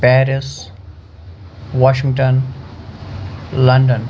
Paris Washington London